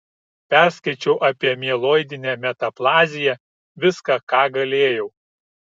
perskaičiau apie mieloidinę metaplaziją viską ką galėjau